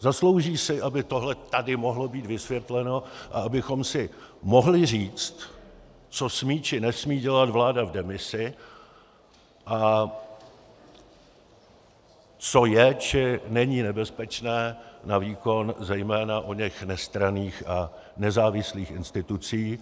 Zaslouží si, aby tohle tady mohlo být vysvětleno a abychom si mohli říct, co smí či nesmí dělat vláda v demisi a co je či není nebezpečné na výkon zejména oněch nestranných a nezávislých institucí,